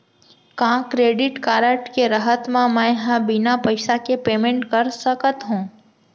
का credit card के रहत म, मैं ह बिना पइसा के पेमेंट कर सकत हो?